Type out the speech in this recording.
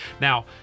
Now